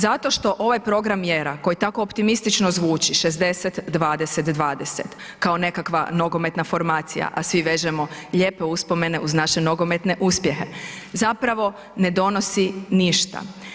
Zato što ovaj program mjera koji tako optimistično zvuči 60, 20, 20 kao nekakva nogometna formacija, a svi vežemo lijepe uspomene uz naše nogometne uspjehe, zapravo ne donosi ništa.